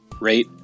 rate